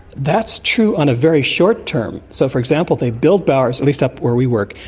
that's true on a very short term. so, for example, they build bowers, at least up where we work,